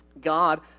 God